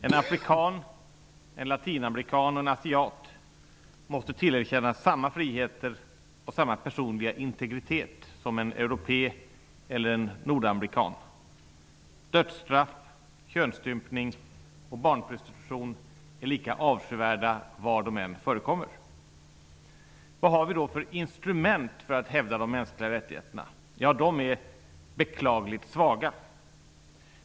En afrikan, en latinamerikan och en asiat måste tillerkännas samma friheter och samma personliga integritet som en europé eller en nordamerikan. Dödsstraff, könsstympning och barnprostitution är lika avskyvärt var det än förekommer. Vad har vi då för instrument för att hävda de mänskliga rättigheterna? De är beklagligt svaga.